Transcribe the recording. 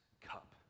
cup